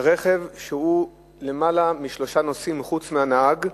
שרכב שיש בו למעלה משלושה נוסעים חוץ מהנהג,